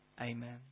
Amen